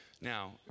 Now